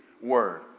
word